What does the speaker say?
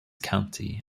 country